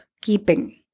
keeping